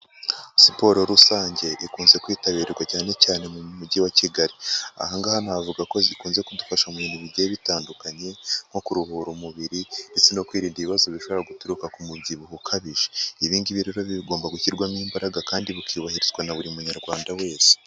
Siporo rusange ikunze kwitabirwa cyane cyane mu mujyi wa Kigali. Aha ngaha navuga ko zikunze kudufasha mu bintu bigiye bitandukanye, nko kuruhura umubiri ndetse no kwirinda ibibazo bishobora guturuka ku mubyibuho ukabije. Ibi ngibi rero bigomba gushyirwamo imbaraga kandi bukubahirizwa na buri munyarwanda wese.